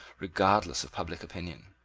regardless of public opinion.